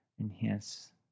enhance